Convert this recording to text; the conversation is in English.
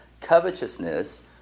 covetousness